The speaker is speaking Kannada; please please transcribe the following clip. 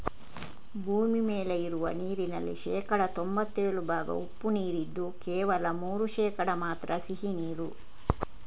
ಭೂಮಿ ಮೇಲೆ ಇರುವ ನೀರಿನಲ್ಲಿ ಶೇಕಡಾ ತೊಂಭತ್ತೇಳು ಭಾಗ ಉಪ್ಪು ನೀರಿದ್ದು ಕೇವಲ ಮೂರು ಶೇಕಡಾ ಮಾತ್ರ ಸಿಹಿ ನೀರು